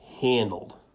handled